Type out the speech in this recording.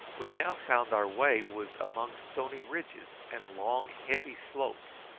we now found our way was among stony ridges and long heavy slopes,